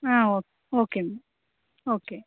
ಹಾಂ okay okay